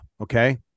Okay